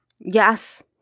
yes